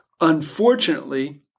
Unfortunately